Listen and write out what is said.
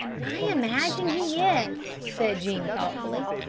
i imagine he is, said jean thoughtfully.